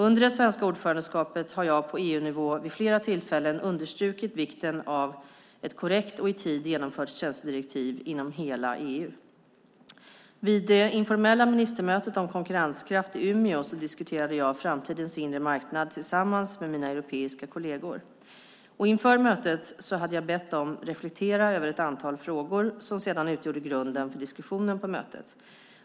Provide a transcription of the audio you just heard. Under det svenska ordförandeskapet har jag på EU-nivå vid flera tillfällen understrukit vikten av ett korrekt och i tid genomfört tjänstedirektiv inom hela EU. Vid det informella ministermötet om konkurrenskraft i Umeå diskuterade jag framtidens inre marknad tillsammans med mina europeiska kolleger. Inför mötet hade jag bett dem reflektera över ett antal frågor, som sedan utgjorde grunden för diskussionen på mötet.